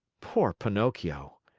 poor pinocchio!